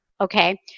okay